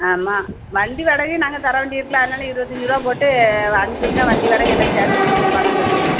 ஆமாம் வண்டி வாடகையும் நாங்கள் தரவேண்டி இருக்கில்ல அதனால் இருபத்தஞ்சு ருபா போட்டு அனுப்பிடுங்க வண்டி வாடகை எல்லாம் சேர்த்து உங்களுக்கு பணம் கட்டிடுறோம்